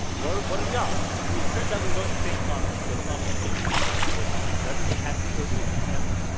what are the odds we turns out we're going to the same conference so it's not completely a coincidence everything happens for a reason remember